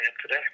today